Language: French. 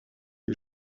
est